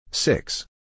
Six